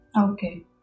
Okay